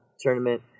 tournament